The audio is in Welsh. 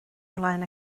flaen